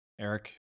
Eric